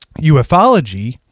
uFology